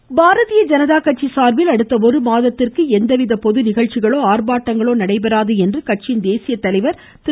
நட்டா பாரதிய ஜனதா கட்சி சார்பில் அடுத்த ஒரு மாதத்திற்கு எவ்வித பொது நிகழ்ச்சிகளோ ஆர்பாட்டங்களோ நடைபெறாது என்று கட்சியின் தேசிய தலைவர் திரு